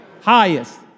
highest